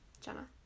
Jenna